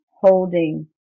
holding